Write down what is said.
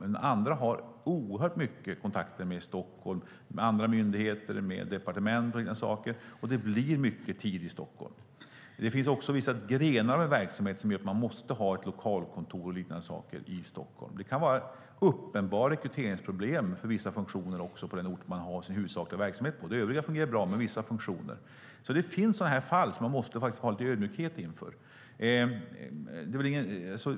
Andra myndigheter har oerhört mycket kontakter med Stockholm, andra myndigheter och departement, så det blir mycket tid i Stockholm. Det finns också vissa grenar i en verksamhet som gör att man måste ha ett lokalkontor i Stockholm. Det kan finnas uppenbara rekryteringsproblem för vissa funktioner på den ort som den huvudsakliga verksamheten bedrivs på medan den övriga verksamheten fungerar bra. Så det finns fall som man måste ha lite ödmjukhet inför.